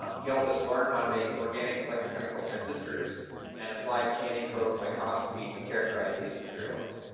um he helped us learn how to make organic electrochemical transistors and applied scanning probe microscopy to characterize these materials.